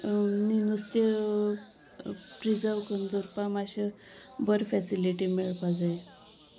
आनी नुस्तें प्रिजव करून दवरपाक मातशें बरे फेसिलिटी मेळपाक जाय